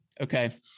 Okay